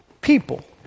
people